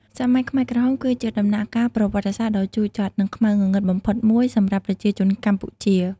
សម័យខ្មែរក្រហម គឺជាដំណាក់កាលប្រវត្តិសាស្ត្រដ៏ជូរចត់និងខ្មៅងងឹតបំផុតមួយសម្រាប់ប្រជាជនកម្ពុជា។